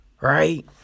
right